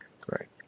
Great